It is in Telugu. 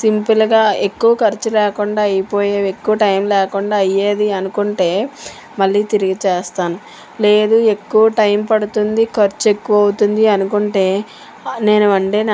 సింపుల్గా ఎక్కువ ఖర్చు లేకుండా అయిపోయేవి ఎక్కువ టైం లేకుండా అయ్యేది అనుకుంటే మళ్ళీ తిరిగి చేస్తాను లేదు ఎక్కువ టైం పడుతుంది ఖర్చు ఎక్కువ అవుతుంది అనుకుంటే నేను వండిన